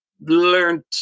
learned